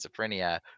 schizophrenia